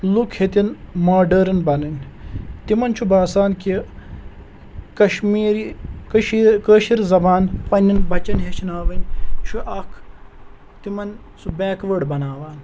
لُکھ ہیٚتٮ۪ن ماڈٲرٕن بَنٕنۍ تِمَن چھُ باسان کہِ کَشمیٖری کٔشیٖر کٲشِر زَبان پنٛنٮ۪ن بَچَن ہیٚچھناوٕنۍ چھُ اَکھ تِمَن سُہ بیکوٲڈ بَناوان